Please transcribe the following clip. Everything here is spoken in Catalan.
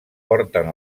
porten